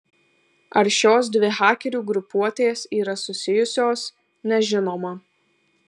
ar šios dvi hakerių grupuotės yra susijusios nežinoma